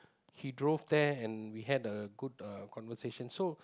he drove there and we had a good uh conversation so